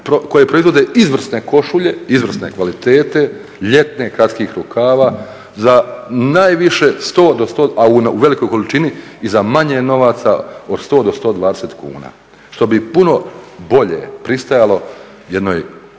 koje proizvede izvrsne košulje, izvrsne kvalitete, ljetne kratkih rukava za najviše 100 a u velikoj količini i za manje novaca od 100 do 120 kuna što bi puno bolje pristajalo jednoj